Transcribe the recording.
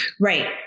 Right